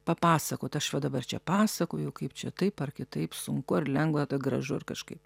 papasakot aš va dabar čia pasakoju kaip čia taip ar kitaip sunku ar lengva gražu ar kažkaip